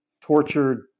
tortured